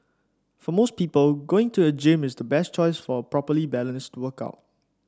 for most people going to a gym is the best choice for a properly balanced workout